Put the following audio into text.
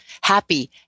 happy